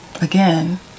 again